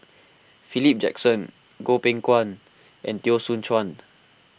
Philip Jackson Goh Beng Kwan and Teo Soon Chuan